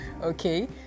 okay